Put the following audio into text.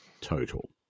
total